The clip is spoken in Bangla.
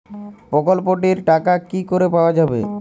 প্রকল্পটি র টাকা কি করে পাওয়া যাবে?